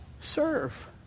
Serve